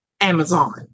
Amazon